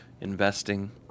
investing